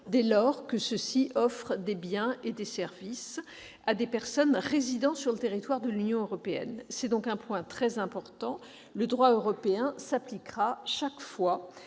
dès lors que ceux-ci offrent des biens et services à des personnes résidant sur le territoire de l'Union européenne. C'est un point très important : le droit européen s'appliquera chaque fois